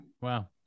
Wow